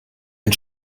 ein